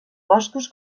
boscos